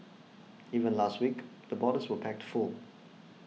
even last week the borders were packed full